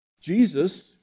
Jesus